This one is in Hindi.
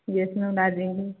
यस मैम ला देंगे